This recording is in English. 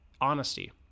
honesty